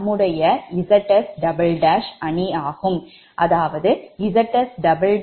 Zs 13 1 2 1 2 1 1 1 ZsZn Zn Zn Zn ZsZn Zn Zn Zn ZsZn 1 1 1 2 1 2 1